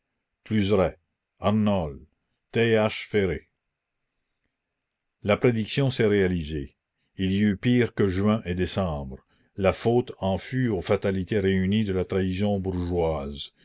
th ferré la prédiction s'est réalisée il y eut pire que juin et décembre la faute en fut aux fatalités réunies de la trahison bourgeoise